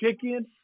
chicken